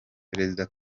perezida